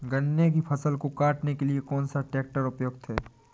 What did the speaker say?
गन्ने की फसल को काटने के लिए कौन सा ट्रैक्टर उपयुक्त है?